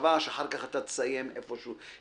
במחשבה שאחר אתה תסיים איפשהו.